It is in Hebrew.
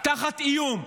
תחת איום.